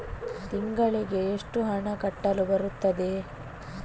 ತಿಂಗಳಿಗೆ ಎಷ್ಟು ಹಣ ಕಟ್ಟಲು ಬರುತ್ತದೆ?